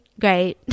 great